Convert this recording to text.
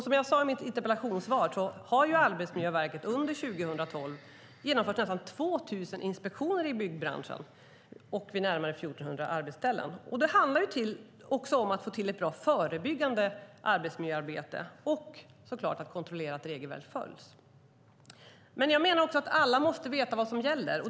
Som jag sade i mitt interpellationssvar har Arbetsmiljöverket under 2012 genomfört nästan 2 000 inspektioner i byggbranschen på närmare 1 400 arbetsställen. Det handlar också om att få till ett bra förebyggande arbetsmiljöarbete och såklart att kontrollera att regelverk följs. Jag menar också att alla måste veta vad som gäller.